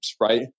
right